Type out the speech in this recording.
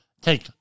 take